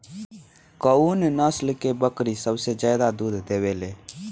कउन नस्ल के बकरी सबसे ज्यादा दूध देवे लें?